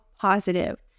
positive